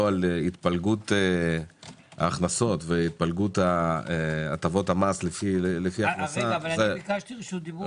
על התפלגות ההכנסות והתפלגות הטבות המס- -- ביקשתי רשות דיבור.